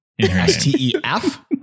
S-T-E-F